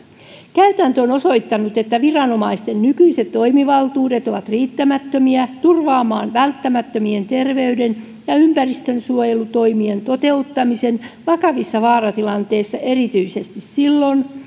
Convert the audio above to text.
käytäntö on osoittanut että viranomaisten nykyiset toimivaltuudet ovat riittämättömiä turvaamaan välttämättömien terveyden ja ympäristönsuojelutoimien toteuttamisen vakavissa vaaratilanteissa erityisesti silloin